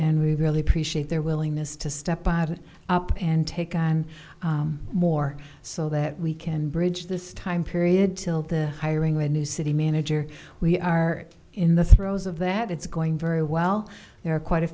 and we really appreciate their willingness to step up and take on more so that we can bridge this time period till the hiring of a new city manager we are in the throes of that it's going very well there are quite a